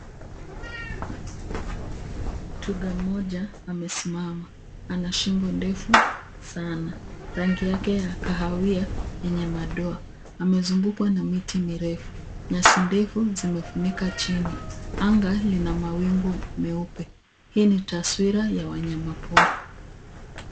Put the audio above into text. Twiga mmoja amesimama. Ana shingo ndefu sana. Rangi yake ya kahawia yenye madoa. Amezungukwa na miti mirefu. Nyasi ndefu zimefunika chini. Anga lina mawingu meupe. Hii ni taswira ya wanyamapori.